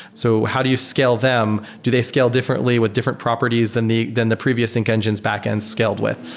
so how do you scale them? do they scale differently with different properties than the than the previous sync engines backend scaled with?